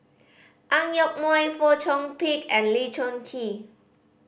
Ang Yoke Mooi Fong Chong Pik and Lee Choon Kee